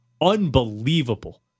Unbelievable